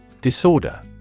Disorder